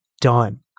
done